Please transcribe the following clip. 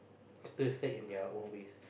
still set in their own ways